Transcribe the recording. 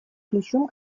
ключом